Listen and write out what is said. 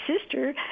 sister